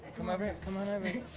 come over, come on i mean